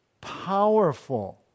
powerful